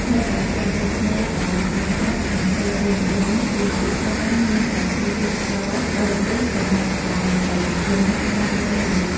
ឆ្នេរអូរត្រេស ជាឆ្នេរដែលស្ងប់ស្ងាត់ មិនសូវពេញនិយមទេភាគច្រើនមានតែភ្ញៀវទេសចរបរទេសប៉ុណ្ណោះដែលទៅលំហែកាយនៅទីនោះ។